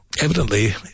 evidently